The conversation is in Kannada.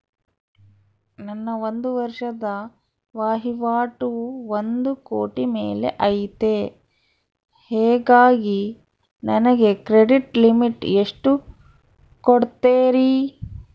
ನನ್ನ ಒಂದು ವರ್ಷದ ವಹಿವಾಟು ಒಂದು ಕೋಟಿ ಮೇಲೆ ಐತೆ ಹೇಗಾಗಿ ನನಗೆ ಕ್ರೆಡಿಟ್ ಲಿಮಿಟ್ ಎಷ್ಟು ಕೊಡ್ತೇರಿ?